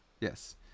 yes